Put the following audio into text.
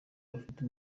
bafite